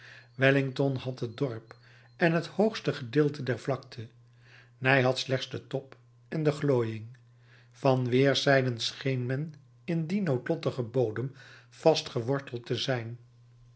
wellington had het dorp en het hoogste deel der vlakte ney had slechts den top en de glooiing van weerszijden scheen men in dien noodlottigen bodem vastgeworteld te zijn